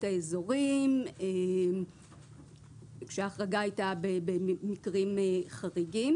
האזורים כאשר ההחרגה הייתה במקרים חריגים.